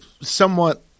somewhat